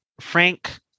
Frank